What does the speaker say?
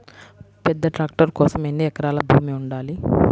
పెద్ద ట్రాక్టర్ కోసం ఎన్ని ఎకరాల భూమి ఉండాలి?